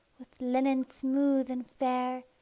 with linen smooth and fair,